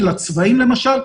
של הצבאים למשל,